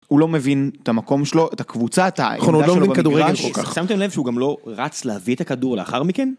הוא לא מבין את המקום שלו, את הקבוצה, את העמידה שלו במגרש. נכון, הוא לא מבין כדורגל כל כך. שמתם לב שהוא גם לא רץ להביא את הכדור לאחר מכן?